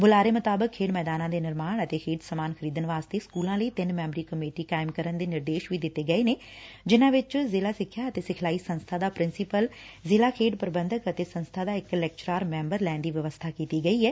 ਬੁਲਾਰੇ ਦੇ ਅਨੁਸਾਰ ਖੇਡ ਮੈਦਾਨਾਂ ਦੇ ਨਿਰਮਾਣ ਅਤੇ ਖੇਡ ਸਮਾਨ ਖਰੀਦਣ ਵਾਸਤੇ ਸਕੁਲਾਂ ਲਈ ਤਿੰਨ ਮੈਬਰੀ ਕਮੇਟੀ ਗਠਿਤ ਕਰਨ ਦੇ ਨਿਰਦੇਸ਼ ਵੀ ਦਿੱਤੇ ਗਏ ਨੇ ਜਿਨਾਂ ਵਿੱਚ ਜ਼ਿਲਾ ਸਿੱਖਿਆ ਅਤੇ ਸਿਖਲਾਈ ਸੰਸਬਾ ਦਾ ਪ੍ਰਿਸੀਪਲ ਜ਼ਿਲਾ ਖੇਡ ਪੁਬੰਧਕ ਅਤੇ ਸੰਸਬਾ ਦਾ ਇੱਕ ਲੈਕਚਰਾਰ ਮੈਬਰ ਲੈਣ ਦੀ ਵਿਵਸਬਾ ਕੀਤੀ ਗਈ ਏ